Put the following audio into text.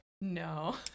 no